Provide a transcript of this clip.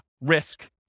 risk